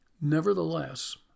nevertheless